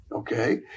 Okay